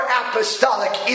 apostolic